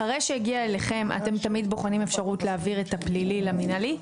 אחרי שהגיע אליכם אתם תמיד בוחנים אפשרות להעביר את הפלילי למינהלי?